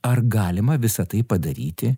ar galima visa tai padaryti